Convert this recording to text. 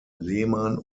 lehmann